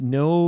no